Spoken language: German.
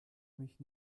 mich